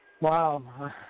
Wow